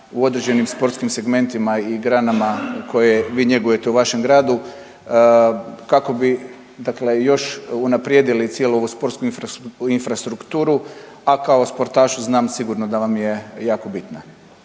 u određenim sportskim segmentima i granama koje vi njegujete u vašem gradu kako bi dakle još unaprijedili cijelu ovu sportsku infrastrukturu, a kao sportašu znam sigurno da vam je jako bitno?